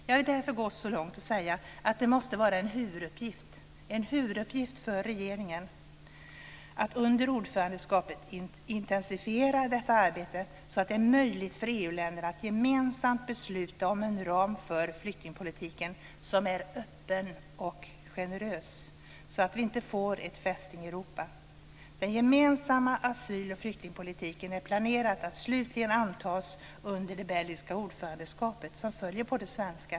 Jag vill därför gå så långt som att säga att det måste vara en huvuduppgift för regeringen att under ordförandeskapet intensifiera detta arbete så att det är möjligt för EU-länder att gemensamt besluta om en ram för flyktingpolitiken som är öppen och generös så att vi inte får ett Fästning Europa. Den gemensamma asyl och flyktingpolitiken är planerad att slutligen antas under det belgiska ordförandeskapet som följer på det svenska.